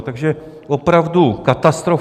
Takže opravdu katastrofa.